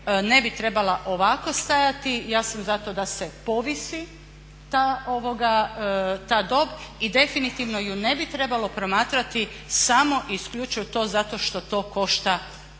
ne bi trebala ovako stajati. Ja sam zato da se povisi ta dob i definitivno ju ne bi trebalo promatrati samo i isključivo to zato što to košta 300,